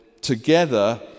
together